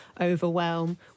overwhelm